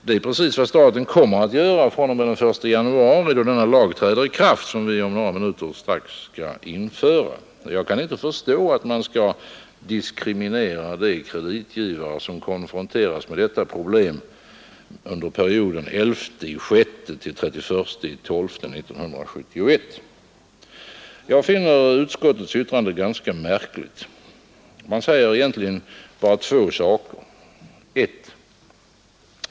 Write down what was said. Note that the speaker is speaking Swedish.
Det är ju precis vad staten kommer att göra fr.o.m. den 1 januari, då den lag träder i kraft som vi skall införa om några minuter. Jag kan inte förstå att man skall diskriminera de kreditgivare som konfronterats med detta problem under perioden 11 12 1971. Jag finner utskottets yttrande ganska märkligt. Man säger egentligen bara två saker: 1.